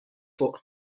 fuq